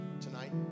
Tonight